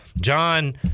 John